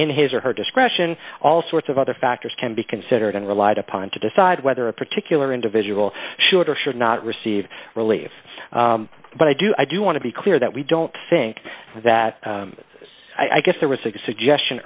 in his or her discretion all sorts of other factors can be considered and relied upon to decide whether a particular individual should or should not receive relief but i do i do want to be clear that we don't think that i guess there was a suggestion